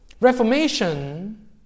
Reformation